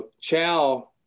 chow